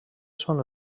són